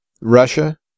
Russia